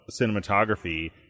cinematography